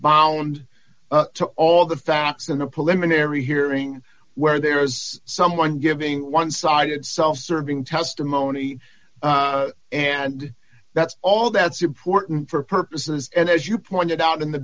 bound to all the facts and the policeman in every hearing where there's someone giving one sided self serving testimony and that's all that's important for purposes and as you pointed out in the